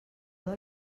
del